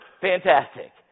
fantastic